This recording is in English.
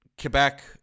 Quebec